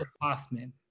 Hoffman